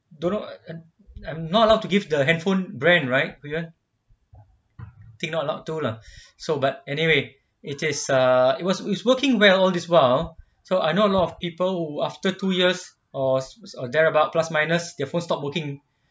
don't know I'm not allowed to give the handphone brand right raymond think not allow too lah so but anyway it is err it was is working well all this while so I know a lot of people who after two years or or thereabout plus minus their phone stop working